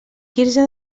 quirze